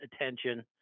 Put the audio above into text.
attention